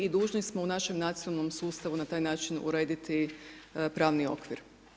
I dužni smo u našem nacionalnom sustavu na taj način urediti pravni okvir.